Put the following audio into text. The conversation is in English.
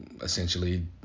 essentially